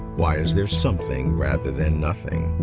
why is there something rather than nothing?